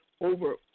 over